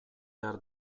behar